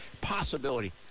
Possibility